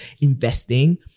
investing